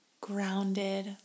grounded